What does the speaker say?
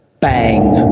bang.